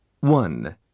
One